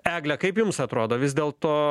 egle kaip jums atrodo vis dėlto